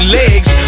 legs